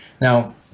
Now